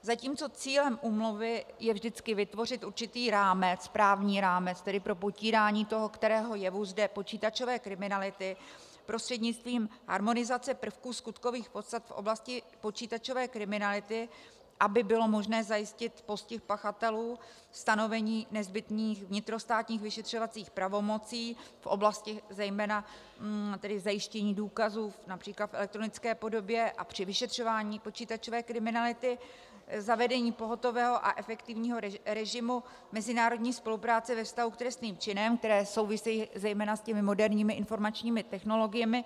Zatímco cílem úmluvy je vždycky vytvořit určitý rámec, právní rámec, pro potírání toho kterého jevu, zde počítačové kriminality, prostřednictvím harmonizace prvků skutkových podstat v oblasti počítačové kriminality, aby bylo možné zajistit postih pachatelů, stanovení nezbytných vnitrostátních vyšetřovacích pravomocí v oblasti zejména zajištění důkazů například v elektronické podobě a při vyšetřování počítačové kriminality, zavedení pohotového a efektivního režimu mezinárodní spolupráce ve vztahu s trestným činem, které souvisejí zejména s těmi moderními informačními technologiemi.